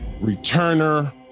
returner